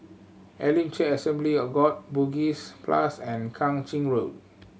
Elim Church Assembly of God Bugis Plus and Kang Ching Road